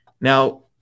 Now